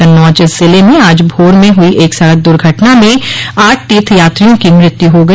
कन्नौज जिले में आज भोर में हुई एक सड़क दुर्घटना में आठ तीर्थ यात्रियों की मृत्यु हो गई